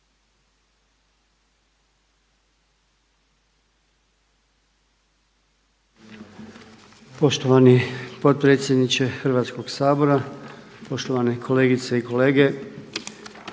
poštovani zamjeniče predsjednika Hrvatskog sabora, poštovane kolegice i kolege